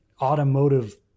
automotive